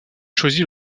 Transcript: choisit